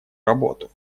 работу